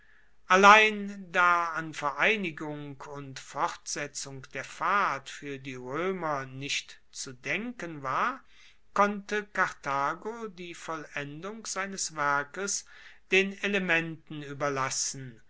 allein da an vereinigung und fortsetzung der fahrt fuer die roemer nicht zudenken war konnte karthago die vollendung seines werkes den elementen ueberlassen